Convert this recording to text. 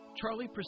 Charlie